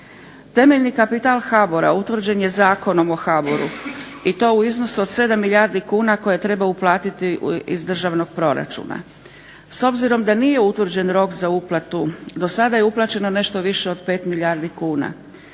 Temeljni kapital HBOR-a utvrđen je Zakonom o HBOR-u i to u iznosu od 7 milijardi kuna koje treba uplatiti iz državnog proračuna. S obzirom da nije utvrđen rok za uplatu, do sada je uplaćeno nešto više od 5 milijardi kuna.